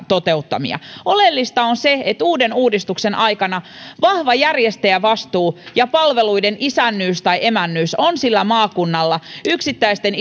toteuttamia oleellista on se että uudistuksen aikana vahva järjestäjävastuu ja palveluiden isännyys tai emännyys ovat sillä maakunnalla yksittäisten